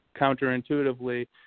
counterintuitively